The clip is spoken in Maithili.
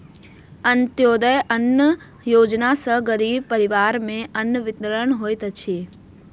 अन्त्योदय अन्न योजना सॅ गरीब परिवार में अन्न वितरण होइत अछि